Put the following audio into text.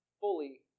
fully